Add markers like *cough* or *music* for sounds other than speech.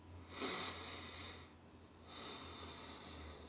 *breath*